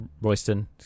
Royston